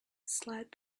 slide